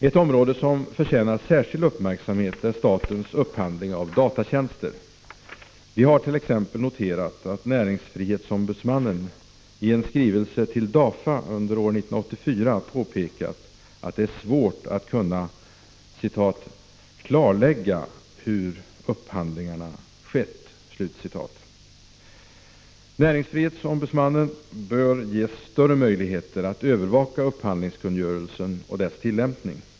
Ett område som förtjänar särskild uppmärksamhet är statens upphandling av datatjänster. Vi har t.ex. noterat att näringsfrihetsombudsmannen i en skrivelse till DAFA under 1984 påpekat att det är svårt att kunna klarlägga ”hur upphandlingarna skett”. Näringsfrihetsombudsmannen bör ges större möjligheter att övervaka upphandlingskungörelsen och dess tillämpning.